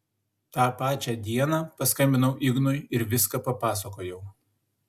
tą pačią dieną paskambinau ignui ir viską papasakojau